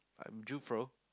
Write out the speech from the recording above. I'm Jufro